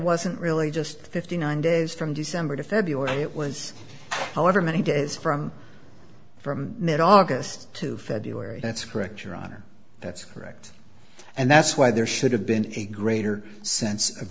wasn't really just fifty nine days from december to february it was however many it is from from mid august to february that's correct your honor that's correct and that's why there should have been a greater sense of